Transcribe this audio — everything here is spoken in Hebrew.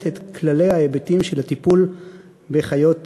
את כללי ההיבטים של הטיפול בחיות במשק.